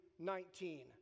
19